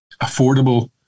affordable